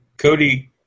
Cody